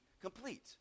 complete